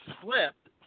slipped